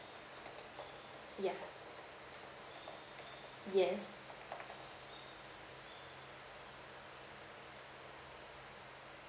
yeah yes